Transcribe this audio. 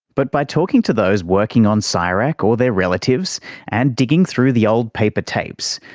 but by talking to those working on so csirac or their relatives and digging through the old paper tapes,